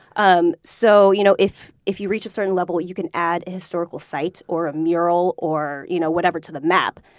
um so you know if if you reach a certain level, you can add a historical site or a mural or you know whatever to the map.